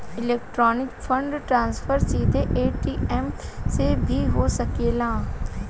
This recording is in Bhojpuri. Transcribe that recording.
इलेक्ट्रॉनिक फंड ट्रांसफर सीधे ए.टी.एम से भी हो सकेला